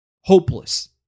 hopeless